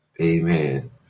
Amen